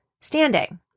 standing